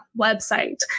website